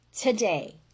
today